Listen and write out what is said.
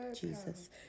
Jesus